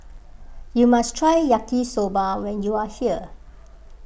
you must try Yaki Soba when you are here